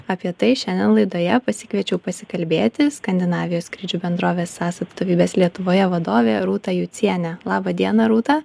apie tai šiandien laidoje pasikviečiau pasikalbėti skandinavijos skrydžių bendrovės sas atstovybės lietuvoje vadovė rūta jucienė laba diena rūta